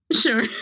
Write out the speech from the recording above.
Sure